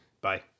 Bye